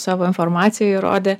savo informacijoj rodė